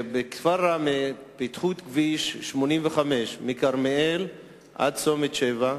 ליד כפר ראמה פיתחו את כביש 85 מכרמיאל ועד צומת שבע.